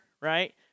Right